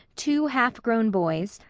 two half-grown boys,